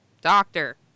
Doctor